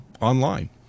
online